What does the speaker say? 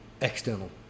external